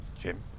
Jim